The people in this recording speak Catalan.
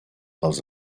pels